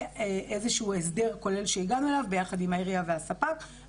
זה איזשהו הסדר כולל שהגענו אליו ביחד עם העירייה והספק.